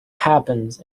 happens